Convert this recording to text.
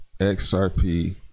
XRP